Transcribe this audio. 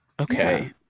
Okay